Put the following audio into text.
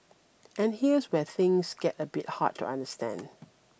and here's where things get a bit hard to understand